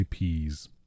IPs